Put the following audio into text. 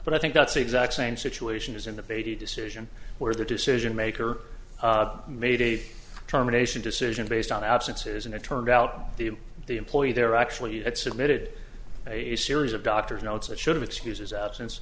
but i think that's exact same situation as in the beatty decision where the decision maker made a determination decision based on absences and it turned out the the employee there actually it submitted a series of doctor's notes that should've excuses absence